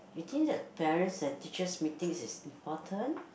between the parents and teachers meeting is important